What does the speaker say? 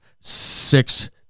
six